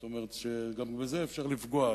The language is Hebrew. זאת אומרת, שגם בזה אפשר לפגוע.